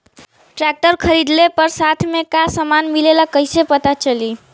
Tractor खरीदले पर साथ में का समान मिलेला कईसे पता चली?